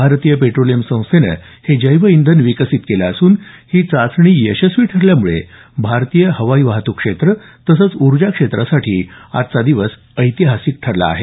भारतीय पेट्रोलियम संस्थेनं हे जैव इंधन विकसित केलं असून ही चाचणी यशस्वी ठरल्यामुळे भारतीय हवाई वाहतुक क्षेत्र तसंच ऊर्जा क्षेत्रासाठी आजचा दिवस ऐतिहासिक ठरला आहे